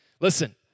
Listen